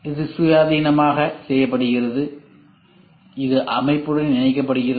இது சுயாதீனமாக செய்யப்படுகிறது இது அமைப்புடன் இணைக்கப்பட்டுள்ளது